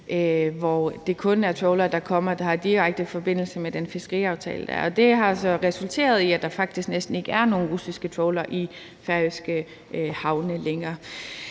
hvor det kun er de trawlere, der kommer, der har direkte forbindelse med den fiskeriaftale, der er, og det har så resulteret i, at der faktisk næsten ikke er nogen russiske trawlere i færøske havne længere.